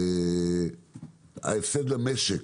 ההפסד למשק